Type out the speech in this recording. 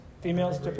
Females